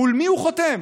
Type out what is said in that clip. מול מי הוא חותם?